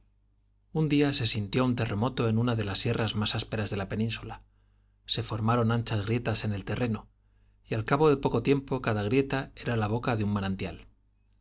un día se sintió un terremoto en una de las sierras más ásperas de la península se formaron anchas grietas en el terreno y al cabo de poco tiempo cada grieta era la boca de un manantial